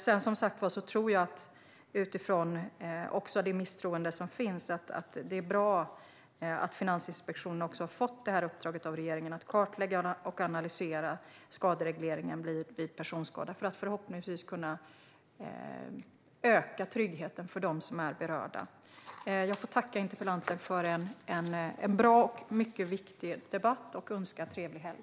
Med tanke på det misstroende som finns tror jag att det är bra att Finansinspektionen har fått uppdraget av regeringen att kartlägga och analysera skaderegleringen vid personskada. Förhoppningsvis kan vi då öka tryggheten för dem som är berörda. Jag tackar interpellanten för en bra och viktig debatt och önskar trevlig helg.